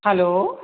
hello